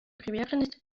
приверженность